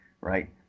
right